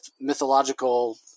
mythological